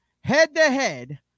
head-to-head